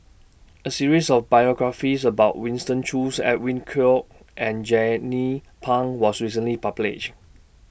A series of biographies about Winston Choos Edwin Koek and Jernnine Pang was recently published